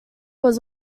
was